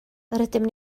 rydym